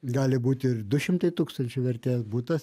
gali būti ir du šimtai tūkstančių vertės butas